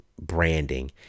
branding